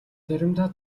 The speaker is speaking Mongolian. заримдаа